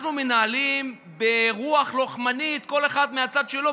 אנחנו מנהלים אותם ברוח לוחמנית כל אחד מהצד שלו,